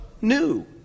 new